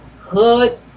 hood